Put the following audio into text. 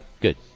Good